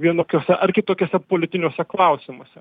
vienokiuose ar kitokiuose politiniuose klausimuose